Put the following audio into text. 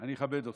אני אכבד אותך.